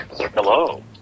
Hello